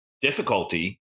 difficulty